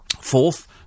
fourth